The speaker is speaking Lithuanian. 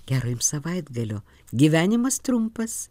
gero jum savaitgalio gyvenimas trumpas